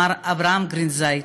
מר אברהם גרינזייד,